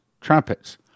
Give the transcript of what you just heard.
Trumpets